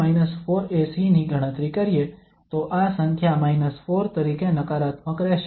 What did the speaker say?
તો જો આપણે આ B2 4AC ની ગણતરી કરીએ તો આ સંખ્યા −4 તરીકે નકારાત્મક રહેશે